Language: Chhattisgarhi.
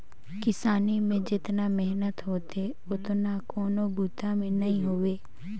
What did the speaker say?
किसानी में जेतना मेहनत होथे ओतना कोनों बूता में नई होवे